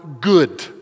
good